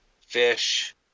fish